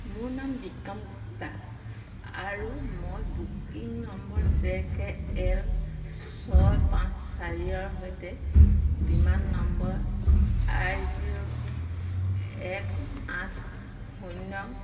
মোৰ নাম বিক্ৰম গুপ্তা আৰু মই booking number J K L ছয় পাঁচ চাৰিৰ সৈতে বিমান নম্বৰ আই জি অ' এক আঠ শূূন্য